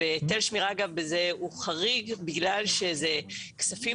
היטל השמירה בזה הוא חריג בגלל שזה כספים